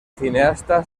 cineasta